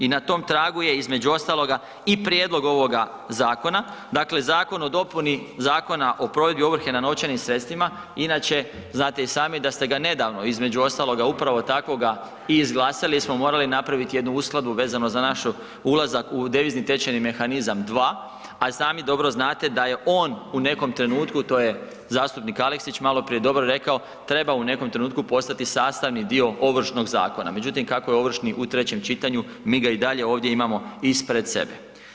I na tom tragu je između ostaloga i prijedlog ovog zakona, dakle zakon o dopuni Zakona o provedbi ovrhe na novčanim sredstvima, inače, znate i sami da ste ga nedavno između ostaloga upravo takvoga i izglasali jer smo morali napraviti jednu uskladu vezano za naš ulazak u devizni tečajni mehanizam II a sami dobro znate da je on u nekom trenutku, to je zastupnik Aleksić maloprije dobro rekao, trebao u nekom trenutku postati sastavni dio Ovršnog zakona međutim, kako je ovršni u trećem čitanju, mi ga i dalje ovdje imamo ispred sebe.